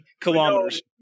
Kilometers